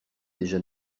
déjà